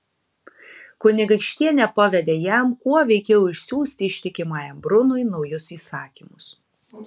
kunigaikštienė pavedė jam kuo veikiau išsiųsti ištikimajam brunui naujus įsakymus